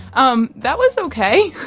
um that was ok.